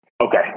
Okay